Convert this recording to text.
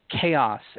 Chaos